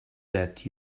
that